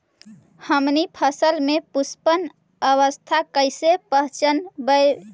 हमनी फसल में पुष्पन अवस्था कईसे पहचनबई?